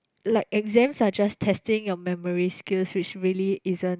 like exams are just testing your memory skills which really isn't